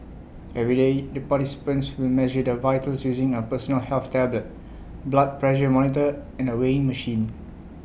every day the participants will measure their vitals using A personal health tablet blood pressure monitor and A weighing machine